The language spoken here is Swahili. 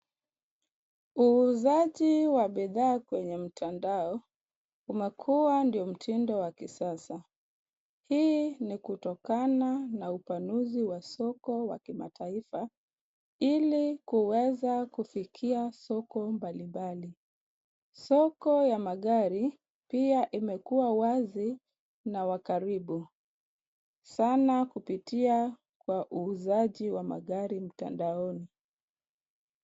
Uuzaji wa bidhaa kwenye mtandao, umekuwa ndio mtindo wa kisasa. Hii ni kutokana na upanuzi wa soko wa kimataifa, ili kuweza kufikia soko mbalimbali. Soko ya magari pia imekua wazi na wa karibu, sana kupitia kwa uuzaji wa magari mtandaoni.